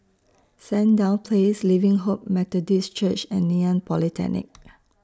Sandown Place Living Hope Methodist Church and Ngee Ann Polytechnic